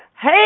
Hey